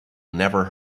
never